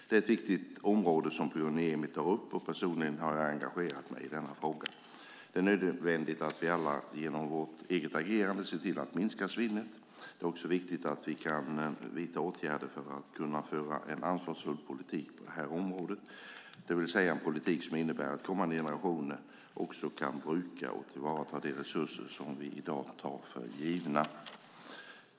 Det är ett viktigt område som Pyry Niemi tar upp, och personligen har jag engagerat mig i denna fråga. Det är nödvändigt att vi alla genom vårt eget agerande ser till att minska svinnet. Det är också viktigt att vi kan vidta åtgärder för att kunna föra en ansvarsfull politik på det här området, det vill säga en politik som innebär att kommande generationer också kan bruka och tillvarata de resurser som vi i dag tar för givna.